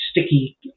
sticky